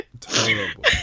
terrible